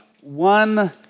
one